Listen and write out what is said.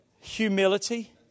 Humility